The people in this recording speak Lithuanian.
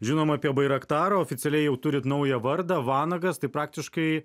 žinom apie bairaktarą oficialiai jau turit naują vardą vanagas tai praktiškai